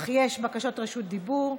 אך יש בקשות רשות דיבור.